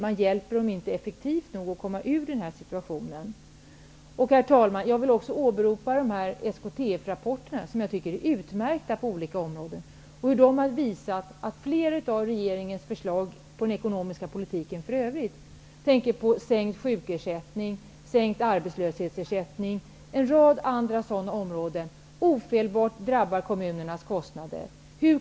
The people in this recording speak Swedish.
Man hjälper inte kommunen effektivt nog för att komma ur dess svåra situation. Herr talman! Jag vill åberopa SKTF-rapporterna. Jag tycker att de är utmärkta på olika områden. Rapporterna har visat att flera av regeringens förslag om den ekonomiska politiken -- jag tänker på sänkt sjukersättning, på sänkt arbetslöshetsersättning och på en rad andra sådana områden -- ofelbart drabbar kommunerna, och kostnaderna stiger.